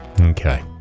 Okay